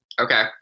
Okay